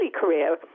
career